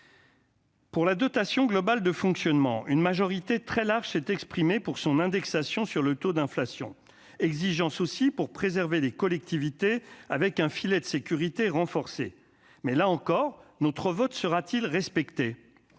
Pour la dotation globale de fonctionnement, une majorité très large s'est exprimé pour son indexation sur le taux d'inflation exigence aussi pour préserver les collectivités avec un filet de sécurité renforcée, mais là encore, notre vote sera-t-il respecté